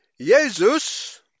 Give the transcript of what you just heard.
Jesus